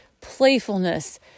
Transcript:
Playfulness